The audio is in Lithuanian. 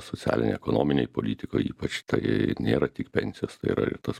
socialinėj ekonominėj politikoj ypač tai nėra tik pensijos tai yra ir tas